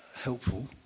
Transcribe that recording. helpful